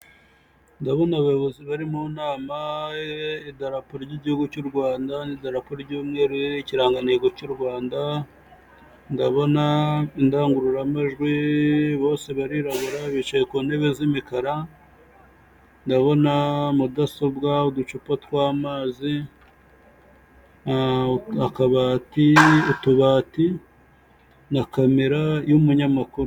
Ndabona abayobozi bari mu nama, idarapo ry'igihugu cy'u Rwanda n'idarapo ry'umweru ririho ikirangantego cy'u Rwanda, ndabona indangururamajwi, bose barirabura bicaye ku ntebe z'imikara, ndabona mudasobwa, uducupa tw'amazi, akabati, utubati na kamera y'umunyamakuru.